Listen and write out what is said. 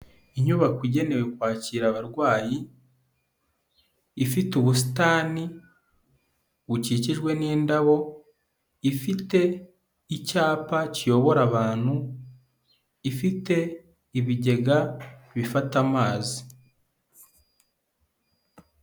Inyubako igenewe kwakira abarwayi ifite ubusitani bukikijwe n'indabo, ifite icyapa kiyobora abantu, ifite ibigega bifata amazi.